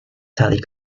sally